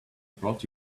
brought